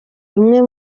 bimwe